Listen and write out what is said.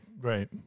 Right